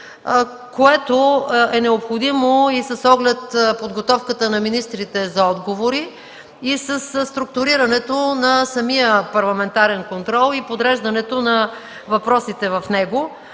което е необходимо с оглед и подготовката на министрите за отговори, и структурирането на самия парламентарен контрол – подреждането на въпросите в него.